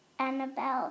Annabelle